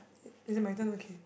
is it my turn okay